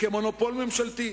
כמונופול ממשלתי,